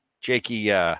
Jakey